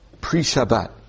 pre-Shabbat